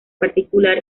particular